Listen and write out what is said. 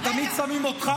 תמיד שמים אותך?